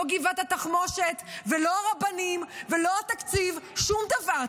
לא גבעת התחמושת ולא רבנים ולא התקציב, שום דבר.